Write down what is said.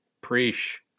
preach